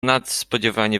nadspodziewanie